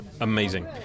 Amazing